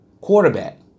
quarterback